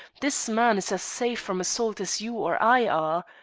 this man is as safe from assault as you or i are.